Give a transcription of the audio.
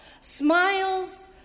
Smiles